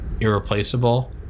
Irreplaceable